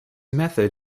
method